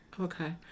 Okay